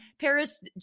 Paris